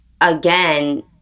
again